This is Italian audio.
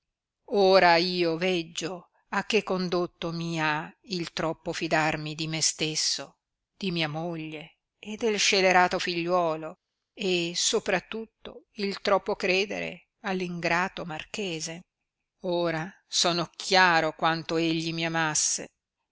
ora io veggio a che condotto mi ha il troppo fidarmi di me stesso di mia moglie e del scelerato figliuolo e sopra tutto il troppo credere all ingrato marchese ora sono chiaro quanto egli mi amasse